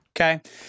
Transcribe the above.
okay